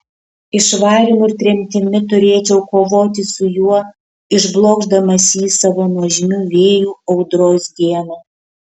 išvarymu ir tremtimi turėčiau kovoti su juo išblokšdamas jį savo nuožmiu vėju audros dieną